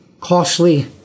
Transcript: costly